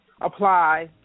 apply